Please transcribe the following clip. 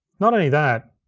not only that,